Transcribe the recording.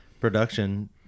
production